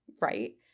right